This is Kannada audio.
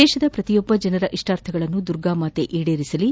ದೇಶದ ಪ್ರತಿಯೊಬ್ಬ ಜನರ ಇಷ್ಟಾರ್ಥಗಳನ್ನು ದುರ್ಗಾಮಾತೆ ಈಡೇರಿಸಲಿ